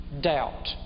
doubt